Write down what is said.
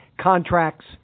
contracts